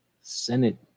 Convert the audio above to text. Senate